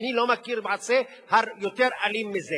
אני לא מכיר מעשה יותר אלים מזה.